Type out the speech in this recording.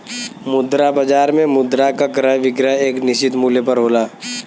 मुद्रा बाजार में मुद्रा क क्रय विक्रय एक निश्चित मूल्य पर होला